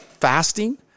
Fasting